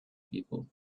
people